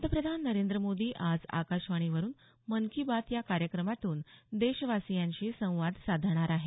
पंतप्रधान नरेंद्र मोदी आज आकाशवाणीवरुन मन की बात या कार्यक्रमातून देशावासियांशी संवाद साधणार आहेत